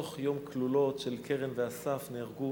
שביום הכלולות של קרן ואסף נהרגו